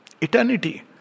eternity